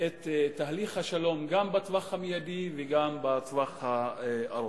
את תהליך השלום גם בטווח המיידי וגם בטווח הארוך.